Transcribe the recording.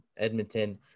Edmonton